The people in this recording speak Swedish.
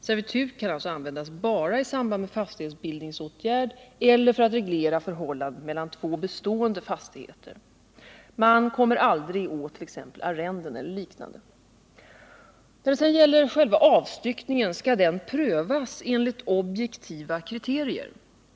Servitut kan alltså användas bara i samband med en fastighetsbildningsåtgärd eller för att reglera förhållandet mellan två bestående fastigheter. Man kommer aldrig åt t. 2x. arrenden och liknande. När det sedan gäller själva avstyckningen skall den prövas enligt objektiva kriterier.